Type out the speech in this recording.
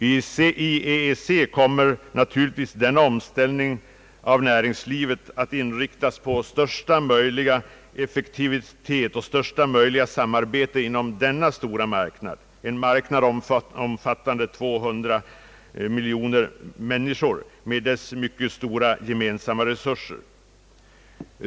Inom EEC kommer naturligtvis omställningen av näringslivet att inriktas på största möjliga effektivitet och största möjliga samarbete inom denna stora marknad, en marknad omfattande 200 miljoner människor med dess mycket stora gemensamma resurser.